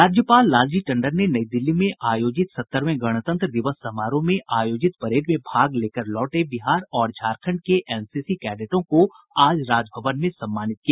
राज्यपाल लालजी टंडन ने नई दिल्ली में आयोजित सत्तरवें गणतंत्र दिवस समारोह में आयोजित परेड में भाग लेकर लौटे बिहार और झारखंड के एनसीसी कैडेटों को आज राजभवन में सम्मानित किया